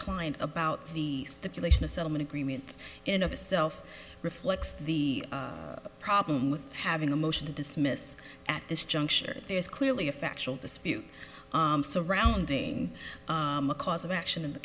client about the stipulation of settlement agreements in of itself reflects the problem with having a motion to dismiss at this juncture there is clearly a factual dispute surrounding a cause of action in the